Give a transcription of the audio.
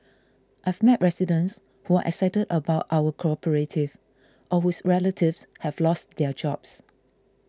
I've met residents who are excited about our cooperative or whose relatives have lost their jobs